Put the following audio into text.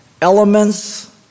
Elements